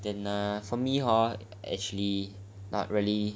then err for me hor actually not really